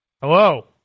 Hello